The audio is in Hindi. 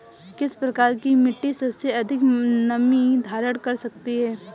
किस प्रकार की मिट्टी सबसे अधिक नमी धारण कर सकती है?